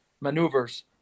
maneuvers